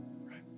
Right